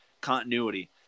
continuity